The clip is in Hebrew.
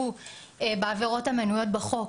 שהוא בעבירות המנויות בחוק